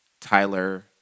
Tyler